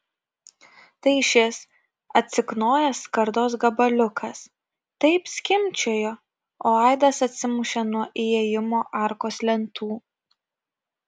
tai šis atsiknojęs skardos gabaliukas taip skimbčiojo o aidas atsimušė nuo įėjimo arkos lentų